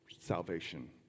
salvation